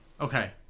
Okay